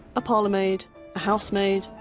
a parlourmaid, a housemaid,